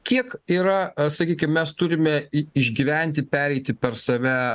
kiek yra sakykim mes turime i išgyventi pereiti per save